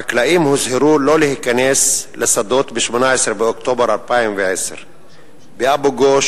חקלאים הוזהרו שלא להיכנס לשדות ב-18 באוקטובר 2010. באבו-גוש